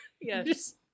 Yes